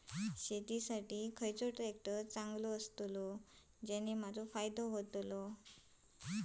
शेती साठी खयचो ट्रॅक्टर चांगलो अस्तलो ज्याने माजो फायदो जातलो?